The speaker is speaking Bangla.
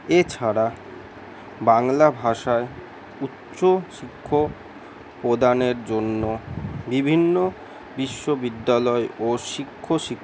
এছাড়া বাংলা ভাষায় উচ্চশিক্ষা প্রদানের জন্য বিভিন্ন বিশ্ববিদ্যালয় ও শিক্ষ